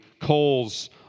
coals